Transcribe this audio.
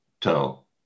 tell